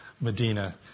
Medina